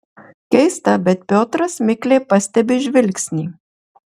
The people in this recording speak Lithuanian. keista bet piotras mikliai pastebi žvilgsnį